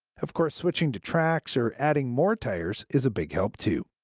of course, switching to tracks or adding more tires is a big help, too.